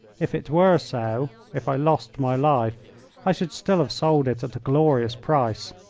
if it were so if i lost my life i should still have sold it at a glorious price.